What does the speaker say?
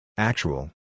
Actual